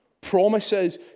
Promises